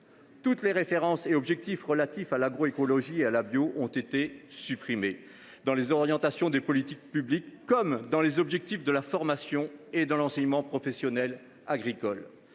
Toutes les références et tous les objectifs relatifs à l’agroécologie et à la bio ont été supprimés, tant dans les orientations des politiques publiques que dans les objectifs de la formation et de l’enseignement professionnel agricoles.